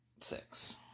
Six